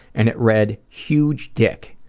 and it read, huge dick.